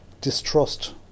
distrust